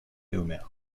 homer